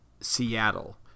Seattle